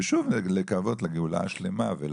ושוב לקוות לגאולה השלמה.